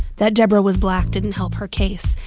that debra was black didn't help her case.